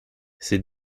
ces